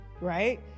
right